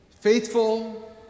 Faithful